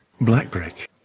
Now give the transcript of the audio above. Blackbrick